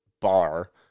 bar